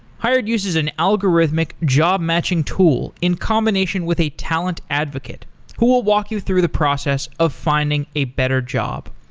hired uses an algorithmic job-matching tool in combination with a talent advocate who will walk you through the process of finding a better job.